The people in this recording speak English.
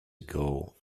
ago